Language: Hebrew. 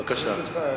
בבקשה.